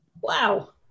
wow